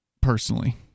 personally